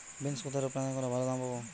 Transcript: Beans কোথায় রপ্তানি করলে ভালো দাম পাব?